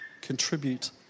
contribute